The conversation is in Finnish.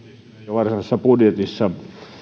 varsinaisessa budjetissa